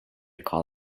call